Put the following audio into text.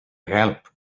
help